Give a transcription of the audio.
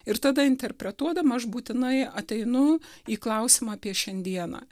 ir tada interpretuodama aš būtinai ateinu į klausimą apie šiandieną